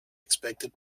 expected